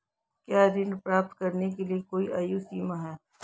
क्या ऋण प्राप्त करने के लिए कोई आयु सीमा है?